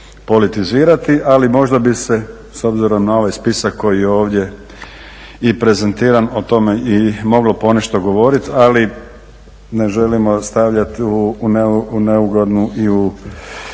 politizirati, ali možda bi se s obzirom na ovaj spisak koji je ovdje i prezentiran, o tome i moglo ponešto govoriti. Ali ne želimo stavljat u neugodnu i u